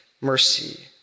mercy